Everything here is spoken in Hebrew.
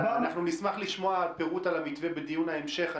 אנחנו נשמח לשמוע פירוט על המתווה בדיון ההמשך.